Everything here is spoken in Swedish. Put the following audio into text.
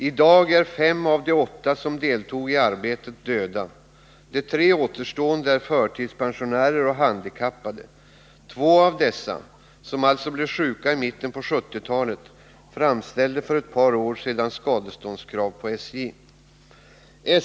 I dag är fem av de åtta som deltog i arbetet döda. De tre återstående är förtidspensionärer och handikappade. Två av dessa, som alltså blev sjuka i mitten på 1970-talet, framställde för ett par år sedan skadeståndskrav på SJ.